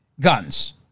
guns